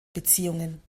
beziehungen